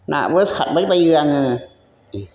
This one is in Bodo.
नाबो सारबाय बायो आङो